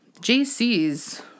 JCs